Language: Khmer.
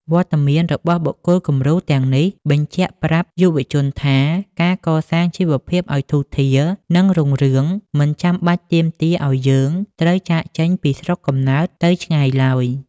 វត្តមានរបស់បុគ្គលគំរូទាំងនេះ បញ្ជាក់ប្រាប់យុវជនថា ការកសាងជីវភាពឱ្យធូរធារ និងរុងរឿង មិនចាំបាច់ទាមទារឱ្យយើងត្រូវចាកចេញពីស្រុកកំណើតទៅឆ្ងាយឡើយ។